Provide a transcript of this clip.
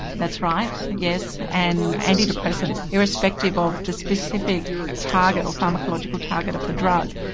that's right, yes. and antidepressants, irrespective of the specific target or pharmacological target of the drug,